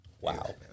Wow